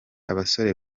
abasore